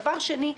דבר שני.